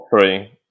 three